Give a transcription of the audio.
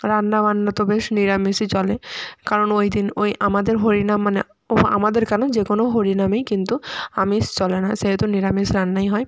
রান্না বান্না তো বেশ নিরামিষই চলে কারণ ওই দিন ওই আমাদের হরিনাম মানে ও আমাদের কেন যে কোনো হরিনামেই কিন্তু আমিষ চলে না সেহেতু নিরামিষ রান্নাই হয়